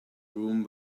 room